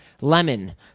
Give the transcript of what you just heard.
Lemon